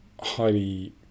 highly